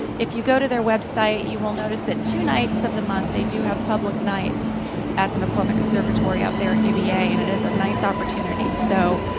if you go to their website, you will notice that two nights of the month they do have public nights at the mccormick observatory out there at uva and it is a nice opportunity. so,